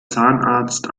zahnarzt